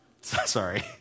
Sorry